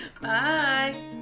Bye